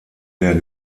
der